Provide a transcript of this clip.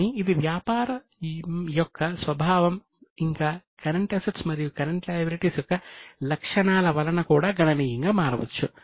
కానీ ఇది వ్యాపారం యొక్క స్వభావం ఇంకా CA మరియు CL యొక్క లక్షణాల వలన కూడా గణనీయంగా మారవచ్చు